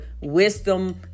wisdom